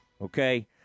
okay